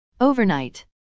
Overnight